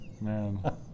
Man